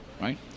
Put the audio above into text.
right